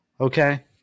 Okay